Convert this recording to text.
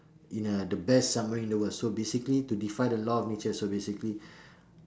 in uh the best submarine in the world so basically to defy the law of nature so basically